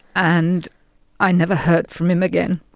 and i never heard from him again.